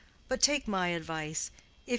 but take my advice.